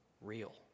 real